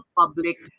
public